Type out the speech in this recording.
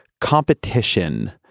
competition